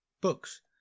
Books